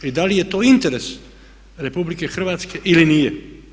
I da li je to interes RH ili nije?